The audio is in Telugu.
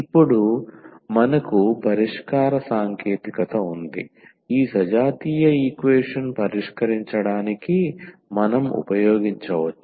ఇప్పుడు మనకు పరిష్కార సాంకేతికత ఉంది ఈ సజాతీయ ఈక్వేషన్ పరిష్కరించడానికి మనం ఉపయోగించవచ్చు